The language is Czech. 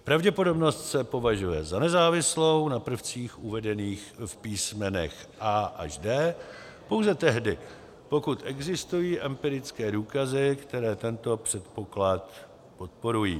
Pravděpodobnost se považuje za nezávislou na prvcích uvedených v písmenech a) až d) pouze tehdy, pokud existují empirické důkazy, které tento předpoklad podporují.